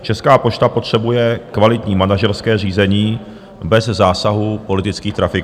Česká pošta potřebuje kvalitní manažerské řízení bez zásahu politických trafikantů.